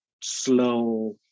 slow